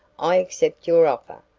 i accept your offer,